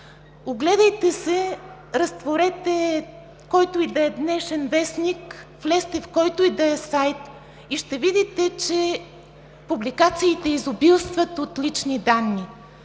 Огледайте се, разтворете, който и да е днешен вестник, влезте, в който и да е сайт, и ще видите, че публикациите изобилстват от лични данни.